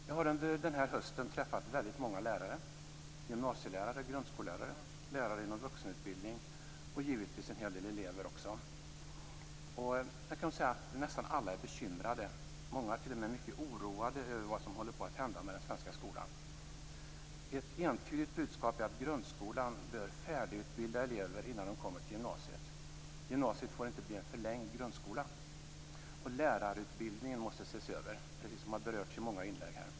Jag har under den här hösten träffat väldigt många lärare, gymnasielärare och grundskollärare, lärare inom vuxenutbildning och givetvis också en hel del elever. Nästan alla är bekymrade, många är t.o.m. mycket oroade över vad som håller på att hända med den svenska skolan. Ett entydigt budskap är att grundskolan bör färdigutbilda elever innan de kommer till gymnasiet. Gymnasiet får inte bli en förlängd grundskola. Lärarutbildningen måste ses över, precis som har berörts i många inlägg här.